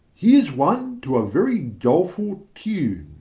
here's one to a very doleful tune.